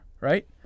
right